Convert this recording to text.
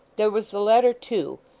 there was the letter too,